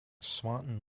swanton